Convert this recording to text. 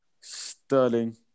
Sterling